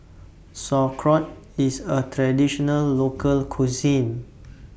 Sauerkraut IS A Traditional Local Cuisine